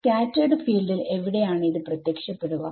scattered ഫീൽഡിൽ എവിടെയാണ് ഇത് പ്രത്യക്ഷപ്പെടുക